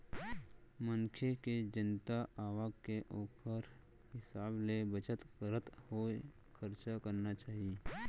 मनखे के जतना आवक के ओखर हिसाब ले बचत करत होय खरचा करना चाही